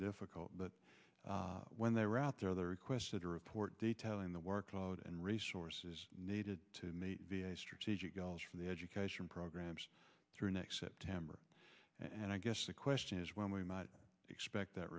difficult but when they were out there they requested a report detailing the workload and resources needed to meet the a strategic goals for the education programs through next september and i guess the question is when we might expect that